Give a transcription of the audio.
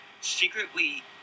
secretly